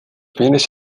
bienes